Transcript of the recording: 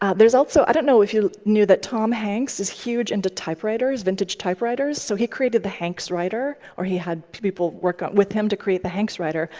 ah there's also i don't know if you knew that tom hanks is huge into vintage typewriters. so he created the hanks writer, or he had people work ah with him to create the hanks writer,